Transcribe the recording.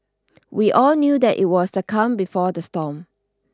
we all knew that it was the calm before the storm